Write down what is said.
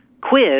quiz